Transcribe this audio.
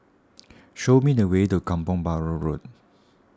show me the way to Kampong Bahru Road